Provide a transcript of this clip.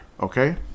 okay